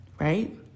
Right